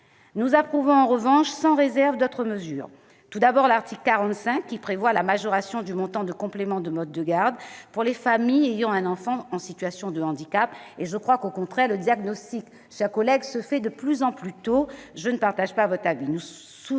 Nous approuvons, en revanche, sans réserve d'autres mesures. Tout d'abord, l'article 45 prévoit la majoration du montant du complément de mode de garde pour les familles ayant un enfant en situation de handicap. Le diagnostic se fait de plus en plus tôt : je ne partage donc pas votre avis,